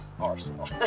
Arsenal